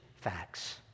facts